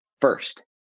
first